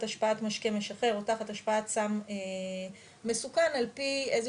השפעת משקה משכר או תחת השפעת סם מסוכן ע"פ איזה